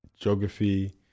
geography